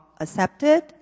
accepted